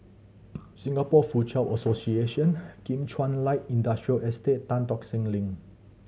Singapore Foochow Association Kim Chuan Light Industrial Estate Tan Tock Seng Link